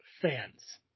fans